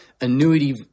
annuity